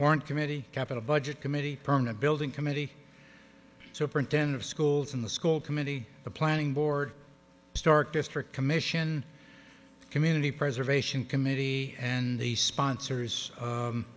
in committee capital budget committee perna building committee so print ten of schools in the school committee the planning board starke district commission community preservation committee and the sponsors